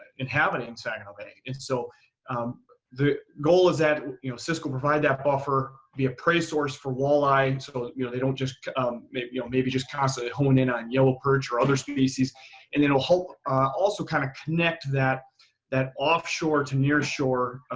inhabiting saginaw bay. and so the goal is that cisco provide that buffer, be a prey source for walleye. and so you know they don't just maybe just constantly hone in on yellow perch or other species and it'll help also kind of connect that that off shore to nearshore,